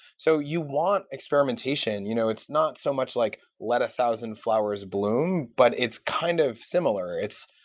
so you want experimentation. you know it's not so much like, let a thousand flowers bloom, but it's kind of similar, it's,